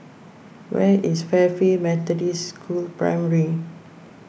where is Fairfield Methodist School Primary